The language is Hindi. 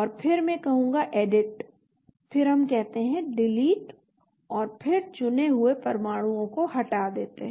और फिर मैं कहूंगा एडिट फिर हम कहते हैं डिलीट और फिर चुने हुए परमाणुओं को हटा देते हैं